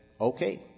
okay